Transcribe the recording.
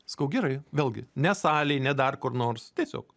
sakau gerai vėlgi ne salėj ne dar kur nors tiesiog